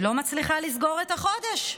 לא מצליחה לסגור את החודש.